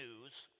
news